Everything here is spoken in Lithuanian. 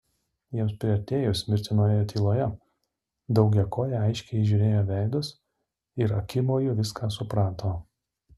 jiems priartėjus mirtinoje tyloje daugiakojė aiškiai įžiūrėjo veidus ir akimoju viską suprato